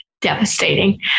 devastating